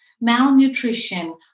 malnutrition